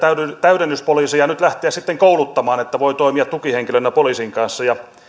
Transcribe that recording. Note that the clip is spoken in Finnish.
täydennyspoliiseja nyt lähteä sitten kouluttamaan että voi toimia tukihenkilönä poliisin kanssa